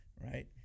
right